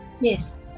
Yes